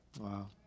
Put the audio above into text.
wow